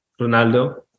Ronaldo